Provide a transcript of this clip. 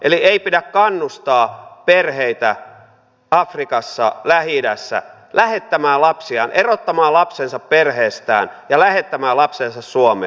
eli ei pidä kannustaa perheitä afrikassa ja lähi idässä lähettämään lapsiaan erottamaan lapsensa perheestään ja lähettämään lapsensa suomeen